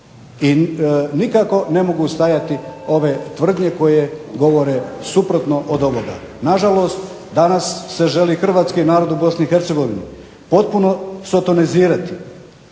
i nikako ne mogu stajati ove tvrdnje koje govore suprotno od ovoga. Danas na žalost se želi Hrvatski narod u BiH potpuno sotonizirati